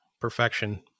Perfection